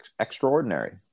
extraordinary